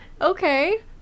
Okay